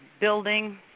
building